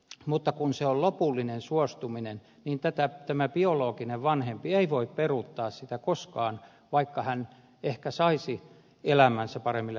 mutta kun se on lopullinen suostuminen niin tämä biologinen vanhempi ei voi peruuttaa sitä koskaan vaikka hän ehkä saisi elämänsä paremmille raiteille